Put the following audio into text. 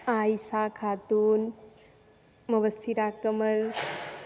Aisha Khatun Mobassira Kamal